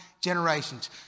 generations